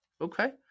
Okay